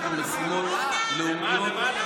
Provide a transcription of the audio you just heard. אוי אוי אוי,